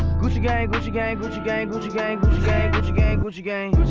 gucci gang, gucci gang, gucci gang, gucci gang gucci gang, gucci gang,